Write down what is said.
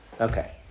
Okay